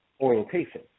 orientation